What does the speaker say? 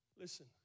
Listen